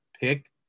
pick